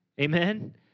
Amen